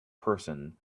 person